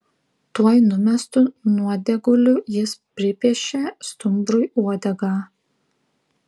tuoj numestu nuodėguliu jis pripiešė stumbrui uodegą